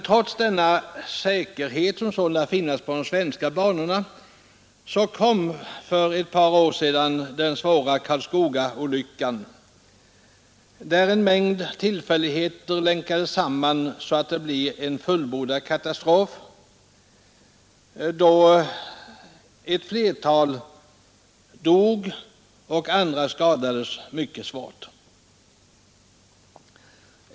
Trots den säkerhet som sålunda finns på de svenska banorna inträffade för ett par år sedan den svåra Karlskogaolyckan, där en mängd tillfälligheter länkades samman så att det blev en fullbordad katastrof. Ett flertal människor dog och andra skadades mycket svårt.